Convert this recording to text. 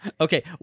Okay